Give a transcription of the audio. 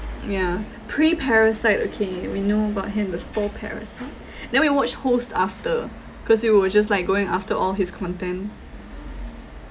yeah pre parasite okay we know about him before parasite then we watch host after cause we were just like going after all his content